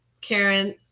Karen